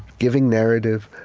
giving narrative,